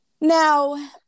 Now